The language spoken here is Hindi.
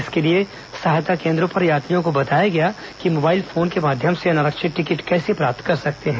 इसके लिए सहायता केंद्रों पर यात्रियों को बताया गया कि मोबाइल फोन के माध्यम से अनारक्षित टिकट कैसे प्राप्त कर सकते हैं